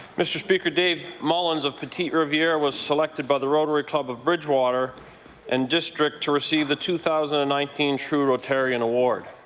mr. speaker, dave mullens of petite riviere was selected by the rotary club of bridgewater and district to receive the two thousand and nineteen true rote aryan award.